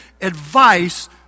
advice